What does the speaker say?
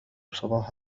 صباح